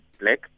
black